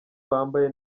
bambaye